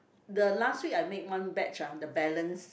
the last week I made one batch ah the balance